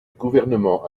gouvernement